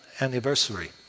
anniversary